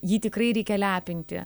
jį tikrai reikia lepinti